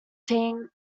team